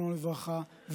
זיכרונו לברכה,